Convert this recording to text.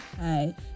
hi